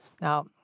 now